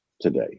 today